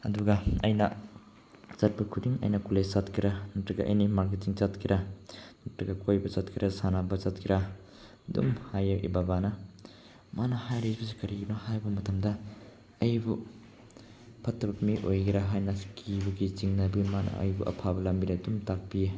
ꯑꯗꯨꯒ ꯑꯩꯅ ꯆꯠꯄ ꯈꯨꯗꯤꯡ ꯑꯩꯅ ꯀꯣꯂꯦꯖ ꯆꯠꯀꯦꯔ ꯅꯠꯇꯔꯒ ꯑꯩꯅ ꯃꯥꯔꯀꯦꯠꯇꯤꯡ ꯆꯠꯀꯦꯔ ꯅꯠꯇꯔꯒ ꯀꯣꯏꯕ ꯆꯠꯀꯦꯔ ꯁꯥꯟꯅꯕ ꯆꯠꯀꯦꯔ ꯑꯗꯨꯝ ꯍꯥꯏꯑꯦ ꯑꯩ ꯕꯕꯥꯅ ꯃꯥꯅ ꯍꯥꯏꯔꯤꯕꯁꯤ ꯀꯔꯤꯅꯣ ꯍꯥꯏꯕ ꯃꯇꯝꯗ ꯑꯩꯕꯨ ꯐꯠꯇꯕ ꯃꯤ ꯑꯣꯏꯒꯦꯔ ꯍꯥꯏꯅꯁꯨ ꯀꯤꯕꯒꯤ ꯆꯤꯡꯅꯕꯒꯤ ꯃꯥꯅ ꯑꯩꯕꯨ ꯑꯐꯕ ꯂꯝꯕꯤꯗ ꯑꯗꯨꯝ ꯇꯥꯛꯄꯤ